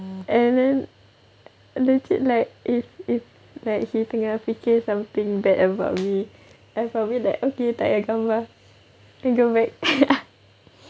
and then legit like if if like he tengah fikir something bad about me I'll probably like okay tak payah gambar then go back